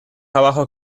abajo